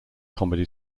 comedy